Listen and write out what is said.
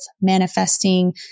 manifesting